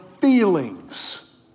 Feelings